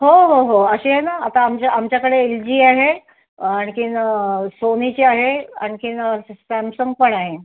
हो हो हो असे आहे ना आता आमच्या आमच्याकडे एल जी आहे आणखी सोनीची आहे आणखी सॅमसंग पण आहे